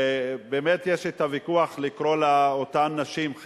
באמת יש ויכוח איך לקרוא לאותן נשים,